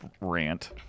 rant